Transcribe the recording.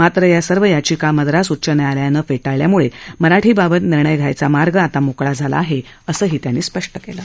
मात्र या सर्व याचिका मद्रास उच्च न्यायालयानं फेटाळल्यामुळे मराठी बाबत निर्णय घ्यायचा मार्ग आता मोकळा झाला आहे असंही त्यांनी स्पष्ट केलं